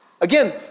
Again